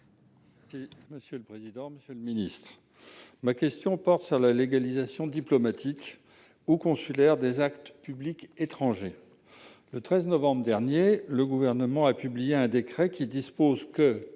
Monsieur le secrétaire d'État, ma question porte sur la légalisation diplomatique ou consulaire des actes publics étrangers. Le 10 novembre dernier, le Gouvernement a publié un décret aux termes duquel